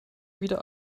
wieder